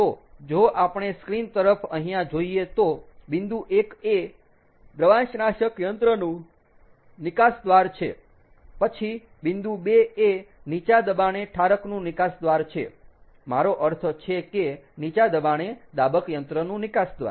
તો જો આપણે સ્ક્રીન તરફ અહીંયા જોઈએ તો બિંદુ 1 એ દ્રવાંશનાશક યંત્રનું નિકાસ દ્વાર છે પછી બિંદુ 2 એ નીચા દબાણે ઠારકનું નિકાસ દ્વાર છે મારો અર્થ છે કે નીચા દબાણે દાબક યંત્રનું નિકાસ દ્વાર